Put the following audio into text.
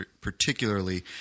particularly